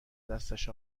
دستش